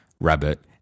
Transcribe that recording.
rabbit